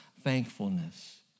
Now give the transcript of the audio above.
thankfulness